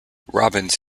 robbins